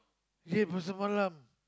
yeah Pasar-Malam